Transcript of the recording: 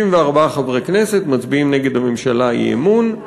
64 חברי כנסת מצביעים נגד הממשלה אי-אמון,